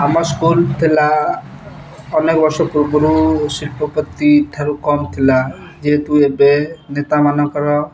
ଆମ ସ୍କୁଲ୍ ଥିଲା ଅନେକ ବର୍ଷ ପୂର୍ବରୁ ଶିଳ୍ପପତିଠାରୁ କମ୍ ଥିଲା ଯେହେତୁ ଏବେ ନେତାମାନଙ୍କର